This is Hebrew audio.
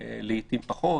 לעיתים פחות,